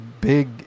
big